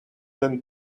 than